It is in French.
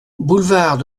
boulevard